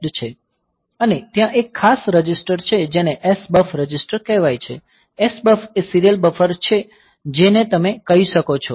અને ત્યાં એક ખાસ રજિસ્ટર છે જેને SBUF રજિસ્ટર કહેવાય છે SBUF એ સીરીયલ બફર છે જેને તમે કહી શકો છો